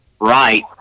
right